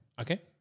Okay